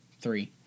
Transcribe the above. Three